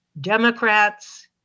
Democrats